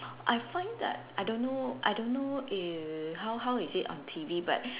I find that I don't know I don't know if how how is it on T_V but